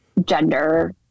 gender